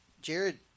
Jared